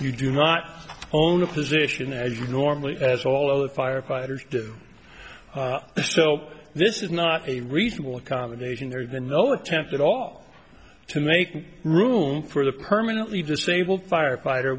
you do not own a position as normally as all of the firefighters do so this is not a reasonable accommodation there's been no attempt at all to make room for the permanently disabled firefighter